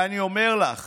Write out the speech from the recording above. אני אומר לך